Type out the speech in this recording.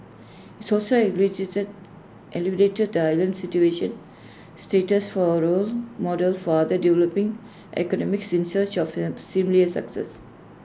he's also elevated the island situation status for A role model for other developing economies in search of similar success